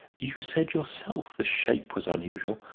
you said yourself the shape was unusual.